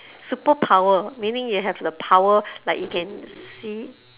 superpower meaning you have the power like you can see